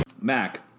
Mac